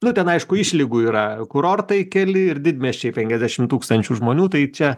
na ten aišku išlygų yra kurortai keli ir didmiesčiai penkiasdešimt tūkstančių žmonių tai čia